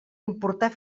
importar